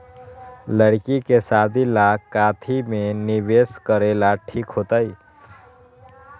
लड़की के शादी ला काथी में निवेस करेला ठीक होतई?